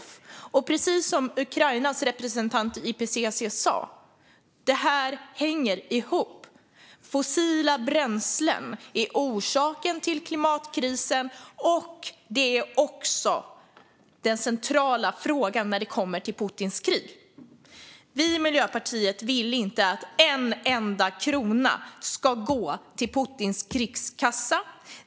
Det är precis som Ukrainas representant i IPCC sa: Det här hänger ihop. Fossila bränslen är orsaken till klimatkrisen, och det är också den centrala frågan när det kommer till Putins krig. Vi i Miljöpartiet vill inte att en enda krona ska gå till Putins krigskassa.